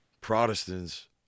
Protestants